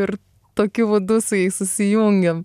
ir tokiu būdu su jais susijungėm